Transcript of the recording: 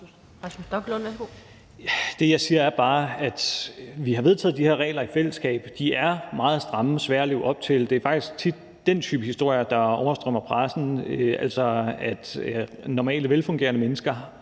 Det, jeg siger, er bare, at vi har vedtaget de her regler i fællesskab. De er meget stramme og svære at leve op til. Det er faktisk den type historier, der oversvømmer pressen, altså at normale og velfungerende mennesker